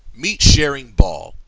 meet charing ball,